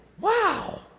Wow